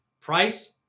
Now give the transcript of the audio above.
Price